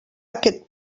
aquest